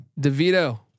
Devito